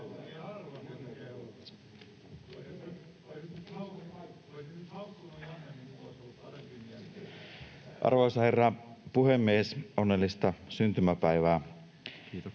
Arvoisa herra puhemies! Onnellista syntymäpäivää! Suuri